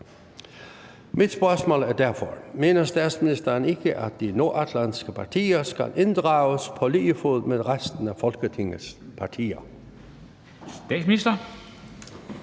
Mit spørgsmål er derfor: Mener statsministeren ikke, at de nordatlantiske partier skal inddrages på lige fod med resten af Folketingets partier?